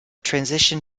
transition